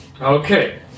Okay